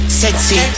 sexy